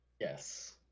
yes